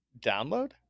download